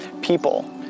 people